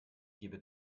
gebe